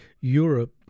Europe